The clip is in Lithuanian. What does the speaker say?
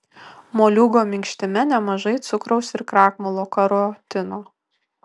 moliūgo minkštime nemažai cukraus ir krakmolo karotino